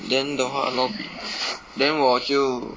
then 的话 lob~ then 我就